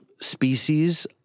species